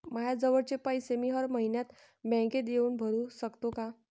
मायाजवळचे पैसे मी हर मइन्यात बँकेत येऊन भरू सकतो का?